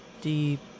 deep